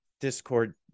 discord